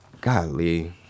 Golly